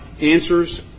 answers